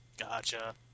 Gotcha